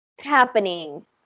happening